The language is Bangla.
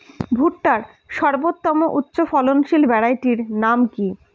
ভুট্টার সর্বোত্তম উচ্চফলনশীল ভ্যারাইটির নাম কি?